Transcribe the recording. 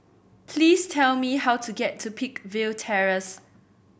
please tell me how to get to Peakville Terrace